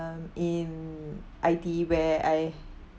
um in I_T_E where I